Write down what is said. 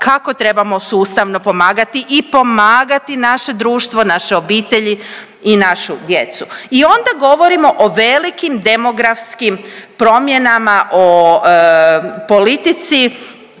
kako trebamo sustavno pomagati i pomagati naše društvo, naše obitelji i našu djecu. I onda govorimo o velikim demografskim promjenama, o politici